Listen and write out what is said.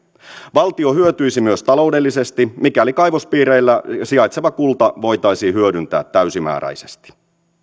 valtio hyötyisi myös taloudellisesti mikäli kaivospiireillä sijaitseva kulta voitaisiin hyödyntää täysimääräisesti